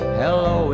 hello